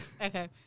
okay